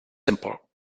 simple